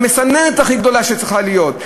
המסננת הכי גדולה שצריכה להיות,